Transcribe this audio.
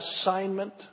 assignment